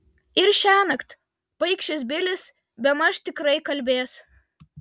ir šiąnakt paikšis bilis bemaž tikrai kalbės